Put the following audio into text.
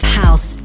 house